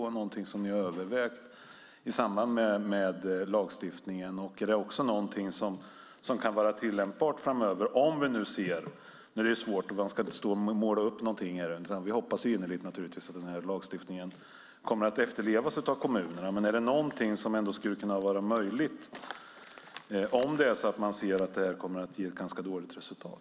Är det någonting som ni har övervägt i samband med lagstiftningen? Är det någonting som kan vara tillämpbart framöver? Man ska inte stå och måla upp någonting här. Vi hoppas naturligtvis innerligt att den här lagstiftningen kommer att efterlevas av kommunerna. Men är det någonting som skulle kunna vara möjligt om man ser att det här kommer att ge ett ganska dåligt resultat?